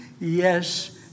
yes